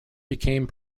became